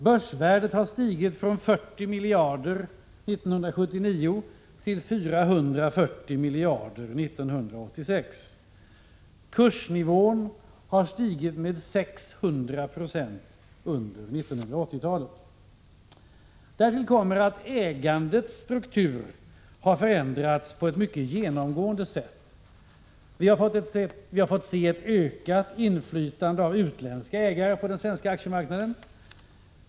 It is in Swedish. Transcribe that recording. Börsvärdet har stigit från 40 miljarder 1979 till 440 miljarder år 1986. Kursnivån har stigit med 600 26 under 1980-talet. Därtill kommer att ägandestrukturen har förändrats på ett mycket genomgripande sätt. Vi har fått se ett ökat inflytande av utländska ägare på den svenska aktiemarknaden.